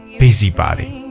busybody